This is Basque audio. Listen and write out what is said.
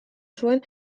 zuen